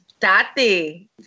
Tati